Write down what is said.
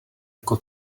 jako